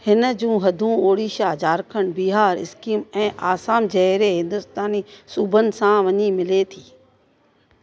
हिन जूं हदूं ओडिशा झारखंड बिहार सिक्किम ऐं असाम जहिड़े हिंदुस्तानी सूबनि सां वञी मिले थी